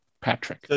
Patrick